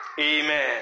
Amen